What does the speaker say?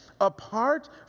apart